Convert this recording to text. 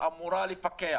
שאמורה לפקח